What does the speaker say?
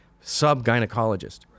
sub-gynecologist